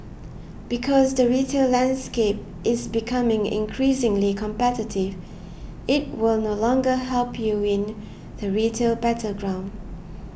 because the retail landscape is becoming increasingly competitive it will no longer help you win the retail battleground